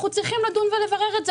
אנחנו צריכים לדון ולברר את זה.